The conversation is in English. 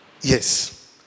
Yes